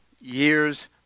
years